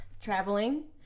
Traveling